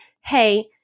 hey